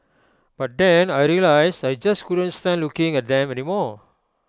but then I realised I just couldn't stand looking at them anymore